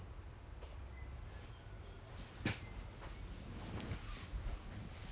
err then it was D_COM plus err unplanned